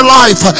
life